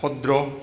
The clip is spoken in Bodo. भद्र'